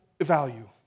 value